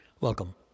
Welcome